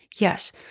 Yes